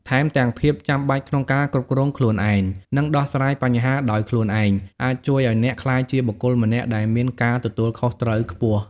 ថែមទាំងភាពចាំបាច់ក្នុងការគ្រប់គ្រងខ្លួនឯង និងដោះស្រាយបញ្ហាដោយខ្លួនឯង អាចជួយឱ្យអ្នកក្លាយជាបុគ្គលម្នាក់ដែលមានការទទួលខុសត្រូវខ្ពស់។